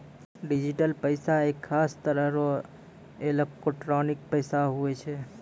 digital पैसा एक खास तरह रो एलोकटानिक पैसा हुवै छै